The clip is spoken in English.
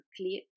clear